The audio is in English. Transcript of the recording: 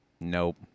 Nope